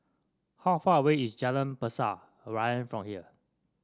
how far away is Jalan Pasir Ria from here